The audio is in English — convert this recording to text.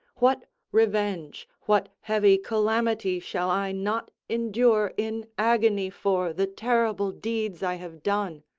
what revenge, what heavy calamity shall i not endure in agony for the terrible deeds i have done?